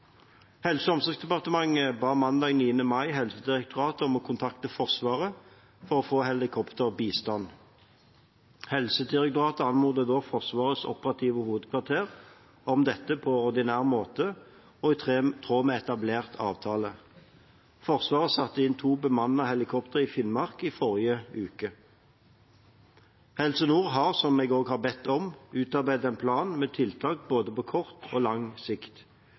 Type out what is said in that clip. Helse- og omsorgsdepartementet ba mandag 7. mai Helsedirektoratet om å kontakte Forsvaret for å få helikopterbistand. Helsedirektoratet anmodet da Forsvarets operative hovedkvarter om dette på ordinær måte og i tråd med etablert avtale. Forsvaret satte inn to bemannede helikoptre i Finnmark i forrige uke. Helse Nord har, slik jeg har bedt om, utarbeidet en plan med tiltak, både på kort og på lang sikt.